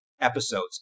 episodes